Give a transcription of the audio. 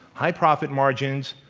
high profit margins,